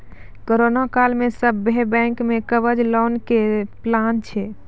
corona काल मे सभ्भे बैंक मे कवच लोन के प्लान छै